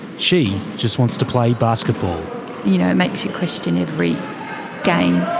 she just wants to play basketball. you know, it makes you question every game,